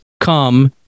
come